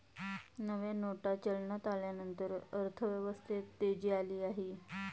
नव्या नोटा चलनात आल्यानंतर अर्थव्यवस्थेत तेजी आली आहे